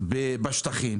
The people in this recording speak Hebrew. בשטחים